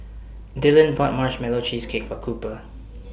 Dillion bought Marshmallow Cheesecake For Cooper